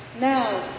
Now